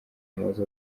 amazu